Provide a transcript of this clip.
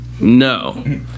no